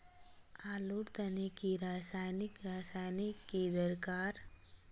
आलूर तने की रासायनिक रासायनिक की दरकार?